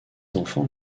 enfants